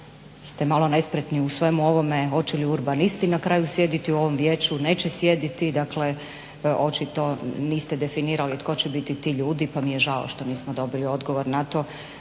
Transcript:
ste malo nespretni u svemu ovome hoće li urbanisti na kraju sjediti u ovom vijeću, neće sjediti, dakle očito niste definirali tko će biti ti ljudi pa mi je žao što nismo dobili odgovor na to